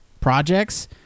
projects